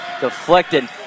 deflected